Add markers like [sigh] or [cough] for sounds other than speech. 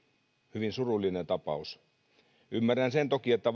hyvin surullinen tapaus ymmärrän toki sen että [unintelligible]